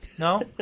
No